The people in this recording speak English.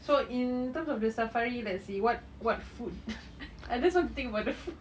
so in terms of the safari let's see what what food I just want to think about the food